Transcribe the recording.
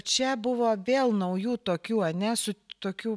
čia buvo vėl naujų tokių ar ne su tokių